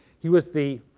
he was the